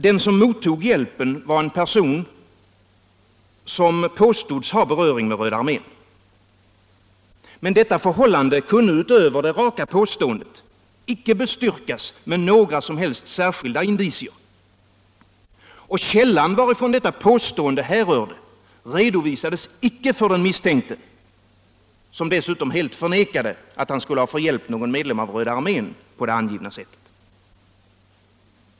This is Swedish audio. Den som mottog hjälpen var en person som påstods ha beröring med Röda armén, men detta förhållande kunde utöver det raka påståendet icke bestyrkas med några som helst särskilda indicier. Källan varifrån detta påstående härrörde redovisades icke för den misstänkte, som dessutom helt förnekade att han skulle ha förhjälpt någon medlem av Röda armén på det angivna sättet.